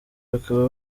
bakaba